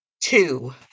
two